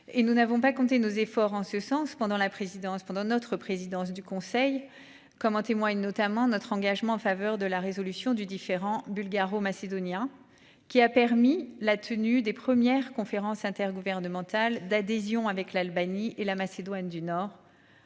et nous n'avons pas compté nos efforts en ce sens pendant la présidence pendant notre présidence du conseil, comme en témoigne notamment notre engagement en faveur de la résolution du différend bulgaro-macédonien. Qui a permis la tenue des premières conférence intergouvernementale d'adhésion avec l'Albanie et la Macédoine du Nord.